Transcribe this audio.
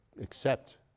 accept